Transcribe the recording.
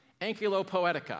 ankylopoetica